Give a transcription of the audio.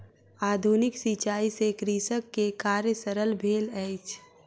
आधुनिक सिचाई से कृषक के कार्य सरल भेल अछि